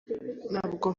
ntabwo